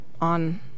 on